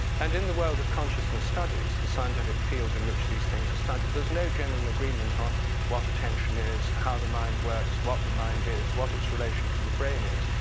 and in the world of consciousness studies, the scientific field in which do these things are studied, there's no general agreement on what attention is, how the mind works, what the mind is, what its relation to the brain is?